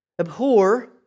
Abhor